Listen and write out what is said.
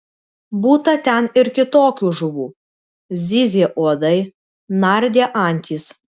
būta ten ir kitokių žuvų zyzė uodai nardė antys